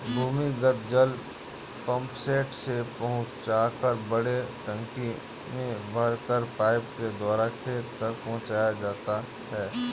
भूमिगत जल पम्पसेट से पहुँचाकर बड़े टंकी में भरकर पाइप के द्वारा खेत तक पहुँचाया जाता है